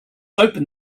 opened